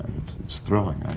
it's thrilling.